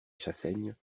chassaigne